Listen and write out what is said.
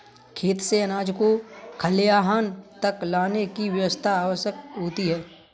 खेत से अनाज को खलिहान तक लाने की व्यवस्था आवश्यक होती है